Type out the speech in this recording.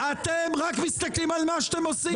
אתם רק מסתכלים על מה שאתם עושים.